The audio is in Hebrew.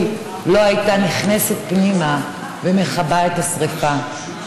לא הייתה נכנסת פנימה ומכבה את השרפה.